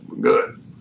good